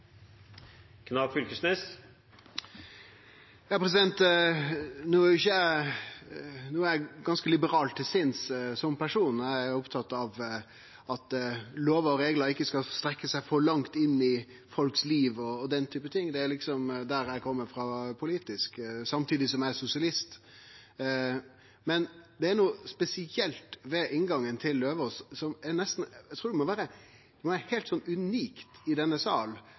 opptatt av at lover og reglar ikkje skal strekkje seg for langt inn i livet til folk og den typen ting. Det er der eg kjem frå politisk, samtidig som eg er sosialist. Men det er noko spesielt ved inngangen til Eidem Løvaas, som eg trur nesten må vere noko heilt unikt i denne